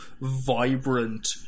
vibrant